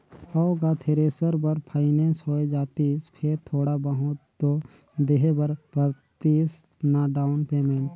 हव गा थेरेसर बर फाइनेंस होए जातिस फेर थोड़ा बहुत तो देहे बर परतिस ना डाउन पेमेंट